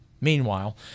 Meanwhile